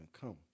come